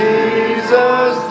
Jesus